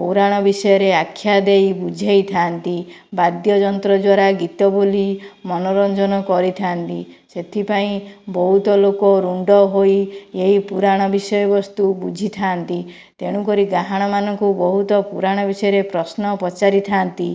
ପୁରାଣ ବିଷୟରେ ଆଖ୍ୟା ଦେଇ ବୁଝାଇଥାନ୍ତି ବାଦ୍ୟ ଯନ୍ତ୍ର ଦ୍ୱାରା ଗୀତ ବୋଲି ମନୋରଞ୍ଜନ କରିଥାନ୍ତି ସେଥିପାଇଁ ବହୁତ ଲୋକ ରୁଣ୍ଡ ହୋଇ ଏହି ପୁରାଣ ବିଷୟ ବସ୍ତୁ ବୁଝିଥାନ୍ତି ତେଣୁ କରି ଗାହାଣମାନଙ୍କୁ ବହୁତ ପୁରାଣ ବିଷୟରେ ପ୍ରଶ୍ନ ପଚାରିଥାନ୍ତି